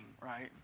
right